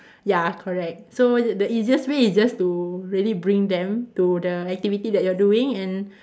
ya correct so the easiest way is just to really bring them to the activity that you're doing and